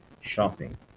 shopping